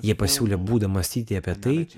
jie pasiūlė būdą mąstyti apie tai